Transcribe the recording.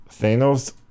Thanos